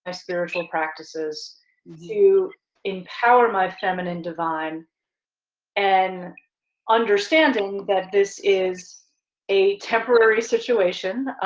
ah spiritual practices to empower my feminine divine and understanding that this is a temporary situation.